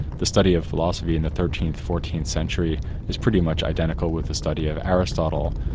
the study of philosophy in the thirteenth, fourteenth century is pretty much identical with the study of aristotle,